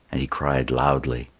and he cried loudly.